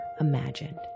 imagined